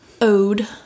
ode